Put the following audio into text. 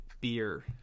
beer